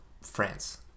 France